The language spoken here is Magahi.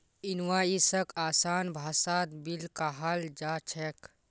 इनवॉइसक आसान भाषात बिल कहाल जा छेक